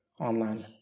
online